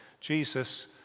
Jesus